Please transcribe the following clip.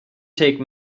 take